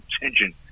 attention